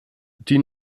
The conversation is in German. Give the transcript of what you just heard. die